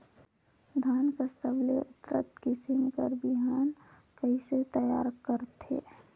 धान कर सबले उन्नत किसम कर बिहान कइसे तियार करथे?